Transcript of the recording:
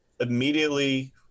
immediately